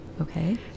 Okay